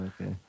Okay